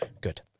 Good